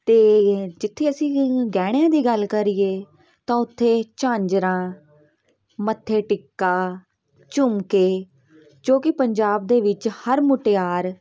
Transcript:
ਅਤੇ ਜਿੱਥੇ ਅਸੀਂ ਗਹਿਣਿਆਂ ਦੀ ਗੱਲ ਕਰੀਏ ਤਾਂ ਉੱਥੇ ਝਾਂਜਰਾਂ ਮੱਥੇ ਟਿੱਕਾ ਝੁਮਕੇ ਜੋ ਕਿ ਪੰਜਾਬ ਦੇ ਵਿੱਚ ਹਰ ਮੁਟਿਆਰ